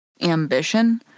ambition